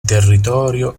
territorio